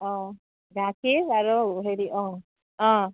অঁ গাখীৰ আৰু হেৰি অঁ অঁ